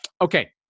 okay